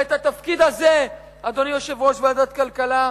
ואת התפקיד הזה, אדוני יושב-ראש ועדת הכלכלה,